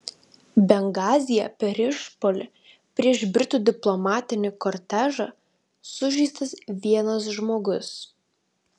bengazyje per išpuolį prieš britų diplomatinį kortežą sužeistas vienas žmogus